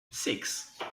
six